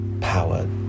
power